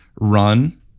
run